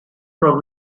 from